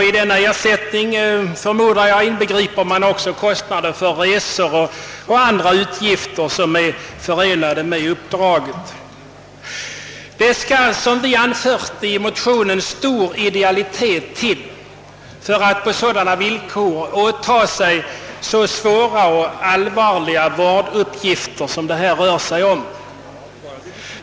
I denna ersättning, förmodar jag, inbegriper man även kostnader för resor och andra utgifter, som är förenade med uppdraget. Det skall, som vi anför i motionen, stor idealitet till för att på sådana villkor åta sig så svåra och allvarliga vårduppgifter som det här rör sig om.